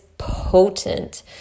potent